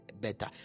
better